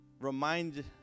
remind